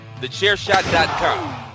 TheChairShot.com